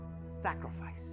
Sacrifice